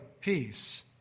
peace